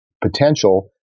potential